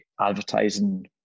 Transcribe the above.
advertising